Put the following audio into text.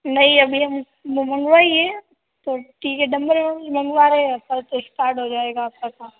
नहीं अभी हम वो मंगवाई है तो ठीक है डम्बर मंगवा रहे है कल से स्टार्ट हो जाएगा आपका काम